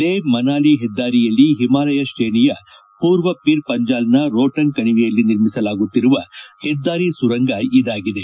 ಲೇಹ್ ಮನಾಲಿ ಹೆದ್ದಾರಿಯಲ್ಲಿ ಹಿಮಾಲಯ ಶ್ರೇಣಿಯ ಪೂರ್ವ ಪೀರ್ ಪಂಜಾಲ್ನ ರೋಷ್ಟಂಗ್ ಕಣಿವೆಯಲ್ಲಿ ನಿರ್ಮಿಸಲಾಗುತ್ತಿರುವ ಹೆದ್ದಾರಿ ಸುರಂಗ ಇದಾಗಿದೆ